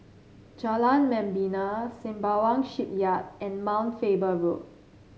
Jalan Membina Sembawang Shipyard and Mount Faber Road